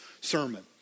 sermon